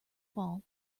fall